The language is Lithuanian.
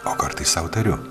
o kartais sau tariu